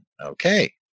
Okay